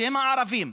שהם הערבים,